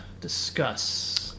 discuss